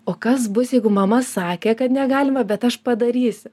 o kas bus jeigu mama sakė kad negalima bet aš padarysiu